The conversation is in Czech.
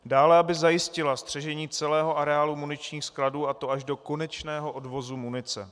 dále, aby zajistila střežení celého areálu muničních skladů, a to až do konečného odvozu munice;